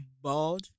bald